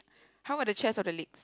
how about the chest or the leg